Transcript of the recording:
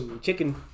Chicken